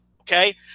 okay